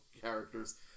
characters